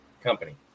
company